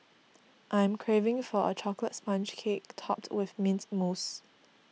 I am craving for a Chocolate Sponge Cake Topped with Mint Mousse